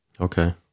okay